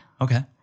Okay